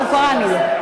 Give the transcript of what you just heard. אנחנו קראנו לו.